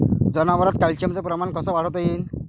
जनावरात कॅल्शियमचं प्रमान कस वाढवता येईन?